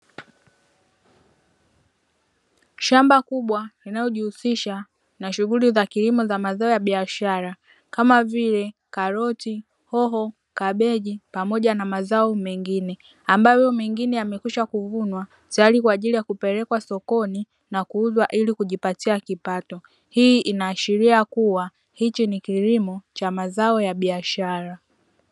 Shamba kubwa linalojihusisha na shughuli za kilimo za mazao ya biashara kama vile; karoti, hoho, kabeji pamoja na mazao mengine. Ambayo mengine yamekwisha kuvunwa teyari kwa ajili ya kupelekwa sokoni na kuuzwa ili kujipatia kipato. Hii inaashiria kuwa hiki ni kilimo cha mazao ya biashara.